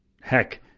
heck